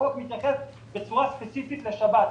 החוק מתייחס בצורה ספציפית לשבת,